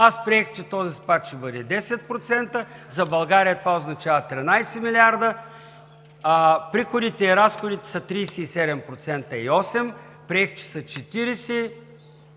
Аз приех, че този спад ще бъде 10% за България. Това означава 13 милиарда, а приходите и разходите са 37,8%, приех, че са 40%